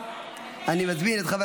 התשפ"ד 2024,